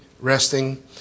resting